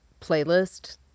playlist